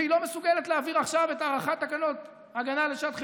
והיא לא מסוגלת להעביר עכשיו את הארכת תקנות ההגנה לשעת חירום,